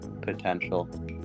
potential